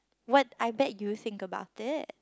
what I bet you think about it